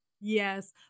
Yes